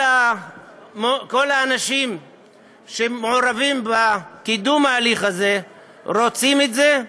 כל האנשים שמעורבים בקידום ההליך הזה רוצים את זה,